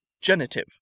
Genitive